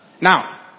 Now